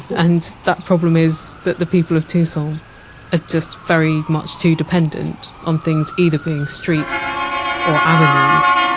and that problem is that the people of tucson are just very much too dependent on things either being streets or avenues.